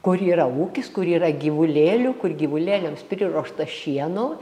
kur yra ūkis kur yra gyvulėlių kur gyvulėliams priruošta šieno